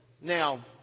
Now